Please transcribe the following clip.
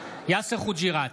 יאסר חוג'יראת,